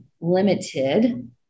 limited